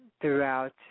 Throughout